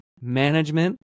management